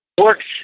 works